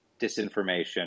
disinformation